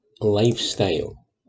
Lifestyle